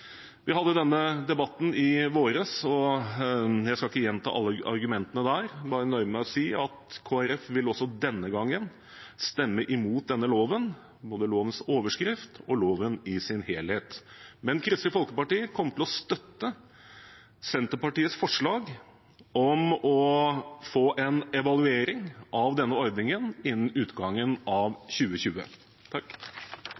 Vi hadde denne debatten i vår. Jeg skal ikke gjenta alle argumentene der, bare nøye meg med å si at Kristelig Folkeparti også denne gangen vil stemme imot denne loven, både lovens overskrift og loven i sin helhet. Men Kristelig Folkeparti kommer til å støtte Senterpartiets forslag om å få en evaluering av denne ordningen innen utgangen